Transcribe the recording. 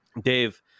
Dave